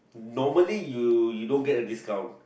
normally you you don't get a discount